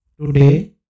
Today